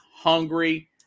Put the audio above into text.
hungry